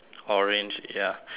orange ya